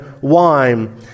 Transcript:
wine